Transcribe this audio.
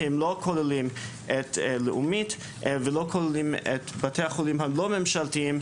כי הם לא כוללים את לאומית ולא כוללים את בתי החולים הלא ממשלתיים,